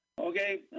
Okay